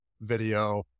video